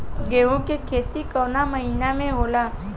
गेहूँ के खेती कवना महीना में होला?